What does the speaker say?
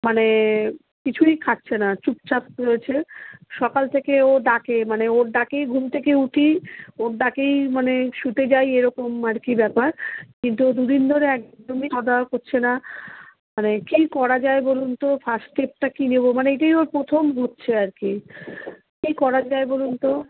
মানে কিছুই খাচ্ছে না চুপচাপ রয়েছে সকাল থেকে ও ডাকে মানে ওর ডাকেই ঘুম থেকে উঠি ওর ডাকেই মানে শুতে যাই এরকম আর কি ব্যাপার কিন্তু দুদিন ধরে একদমই খাওয়া দাওয়া করছে না মানে কী করা যায় বলুন তো ফার্স্ট স্টেপটা কী নেব মানে এটাই ওর প্রথম হচ্ছে আর কি কী করা যায় বলুন তো